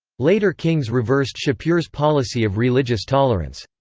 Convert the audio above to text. later kings reversed shapur's policy of religious tolerance.